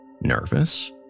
Nervous